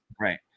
right